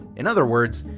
in other words,